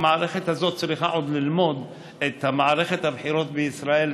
המערכת הזאת עוד צריכה ללמוד את מערכת הבחירות בישראל,